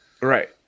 Right